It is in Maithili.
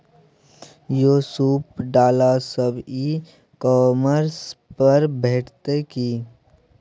यौ सूप डाला सब ई कॉमर्स पर भेटितै की?